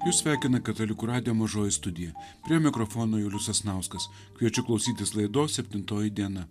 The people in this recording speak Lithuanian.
jus sveikina katalikų radijo mažoji studija prie mikrofono julius sasnauskas kviečiu klausytis laidos septintoji diena